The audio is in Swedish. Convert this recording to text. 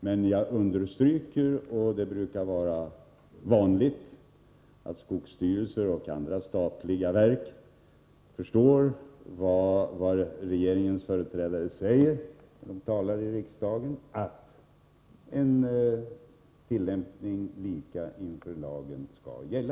Men jag understryker — och det brukar vara vanligt att skogsvårdsstyrelserna och andra statliga verk förstår vad regeringens företrädare säger, när de talar i riksdagen — att likhet inför lagen skall gälla.